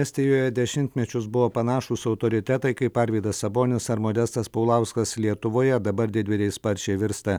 estijoje dešimtmečius buvo panašūs autoritetai kaip arvydas sabonis ar modestas paulauskas lietuvoje dabar didvyriai sparčiai virsta